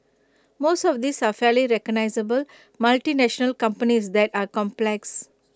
most of these are fairly recognisable multinational companies that are complex